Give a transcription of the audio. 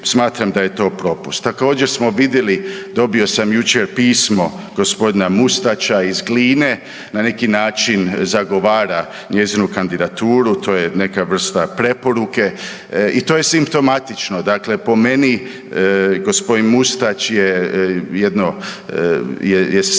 smatram da je to propust. Također smo vidjeli, dobio sam jučer pismo g. Mustača iz Gline, na neki način zagovara njezinu kandidaturu, to je neka vrsta preporuke i to je simptomatično, dakle po meni g. Mustač je jedno,